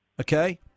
okay